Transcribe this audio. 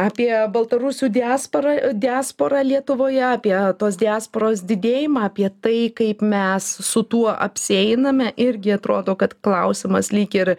apie baltarusių diaspora ir diasporą lietuvoje apie tos diasporos didėjimą apie tai kaip mes su tuo apsieiname irgi atrodo kad klausimas lyg ir